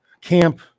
camp